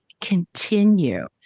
continue